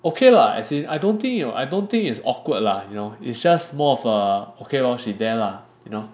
okay lah as in I don't think your I don't think is awkward lah you know it's just more of err okay lor she there lah you know